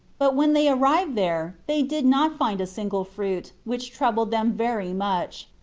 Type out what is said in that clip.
but when they arrived there they did not find a single fruit, which troubled them very much.